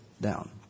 down